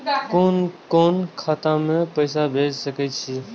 कुन कोण खाता में पैसा भेज सके छी?